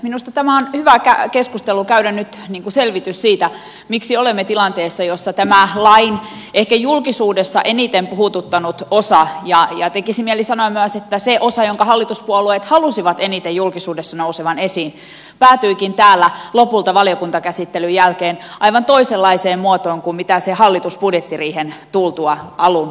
minusta tämä on hyvä keskustelu käydä nyt niin kuin selvitys siitä miksi olemme tilanteessa jossa tämä lain ehkä julkisuudessa eniten puhututtanut osa ja tekisi mieli sanoa myös että se osa jonka hallituspuolueet halusivat eniten julkisuudessa nousevan esiin päätyikin täällä lopulta valiokuntakäsittelyn jälkeen aivan toisenlaiseen muotoon kuin mitä se hallituksen budjettiriihen tultua alun perin oli